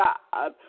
God